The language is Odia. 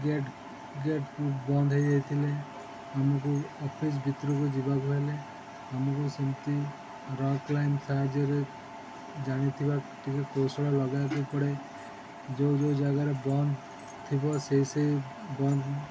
ଗେଟ୍ ଗେଟ୍ ବନ୍ଦ ହେଇଯାଇଥିଲେ ଆମକୁ ଅଫିସ୍ ଭିତରକୁ ଯିବାକୁ ହେଲେ ଆମକୁ ସେମିତି ରକ୍ କ୍ଲାଇମ୍ବ ସାହାଯ୍ୟରେ ଜାଣିଥିବା ଟିକେ କୌଶଳ ଲଗାଇବାକୁ ପଡ଼େ ଯେଉଁ ଯେଉଁ ଜାଗାରେ ବନ୍ଦ ଥିବ ସେଇ ସେଇ ବନ୍ଦ